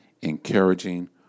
encouraging